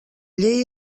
llei